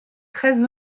très